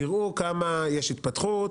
תראו כמה יש התפתחות,